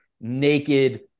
naked